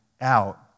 out